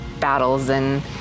battles—and